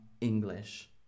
English